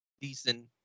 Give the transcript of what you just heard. decent